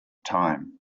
time